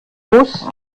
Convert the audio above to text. muss